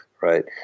right